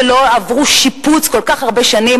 שלא עברו שיפוץ כל כך הרבה שנים,